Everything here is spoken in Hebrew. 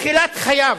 בתחילת חייו,